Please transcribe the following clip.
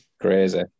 Crazy